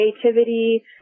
creativity